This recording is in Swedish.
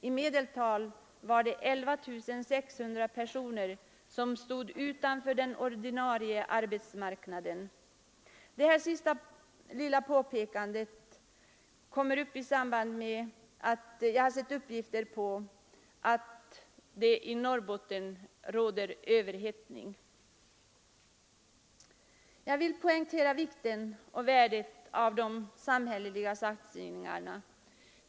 I medeltal var det 11 600 personer som stod utanför den ordinarie arbetsmarknaden. Det här sista är ett litet påpekande med anledning av uppgifter som förekommit om att det i Norrbotten råder överhettning på arbetsmarknaden. Jag vill poängtera vikten och värdet av de samhälleliga satsningarna.